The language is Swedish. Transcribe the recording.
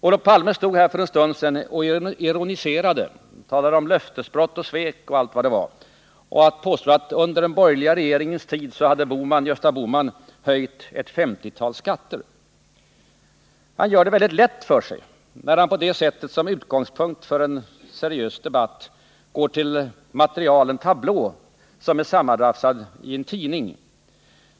Olof Palme stod här för en stund sedan och ironiserade, talade om löftesbrott och svek samt påstod att Gösta Bohman under den borgerliga regeringens tid hade höjt ett 50-tal skatter. Han gör det väldigt lätt för sig när han på det sättet som utgångspunkt för en seriös debatt tar en tablå, som är sammanrafsad i en tidning.